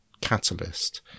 catalyst